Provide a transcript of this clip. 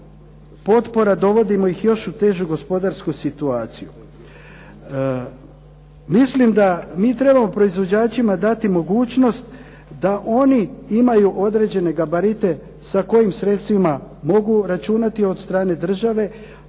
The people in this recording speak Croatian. potpora dovodimo ih još u težu gospodarsku situaciju. Mislim da mi trebamo proizvođačima dati mogućnost da oni imaju određene gabarite sa kojim sredstvima mogu računati od strane države